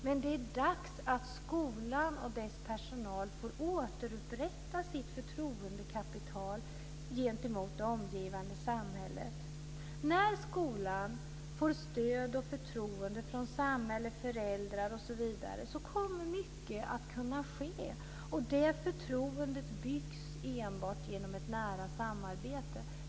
Men det är dags för skolan och dess personal att återupprätta sitt förtroendekapital gentemot det omgivande samhället. När skolan får stöd och förtroende från samhälle, föräldrar osv. kommer mycket att kunna ske. Det förtroendet byggs enbart genom ett nära samarbete.